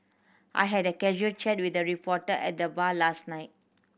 I had a casual chat with a reporter at the bar last night